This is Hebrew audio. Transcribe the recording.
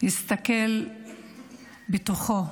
יסתכלו בתוכם,